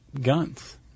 guns